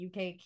UK